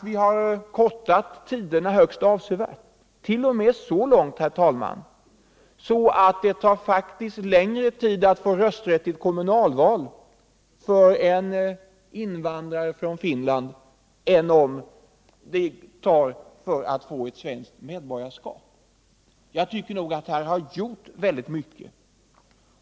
Vi har kortat tiderna högst avsevärt — t.o.m. så långt, herr talman, att det tar längre tid att få rösträtt i kommunalval för en invandrare från Finland än det tar för honom att få ett svenskt medborgarskap. Jag tycker att det har gjorts väldigt mycket.